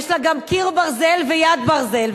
יש לה גם קיר ברזל ויד ברזל.